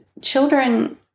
children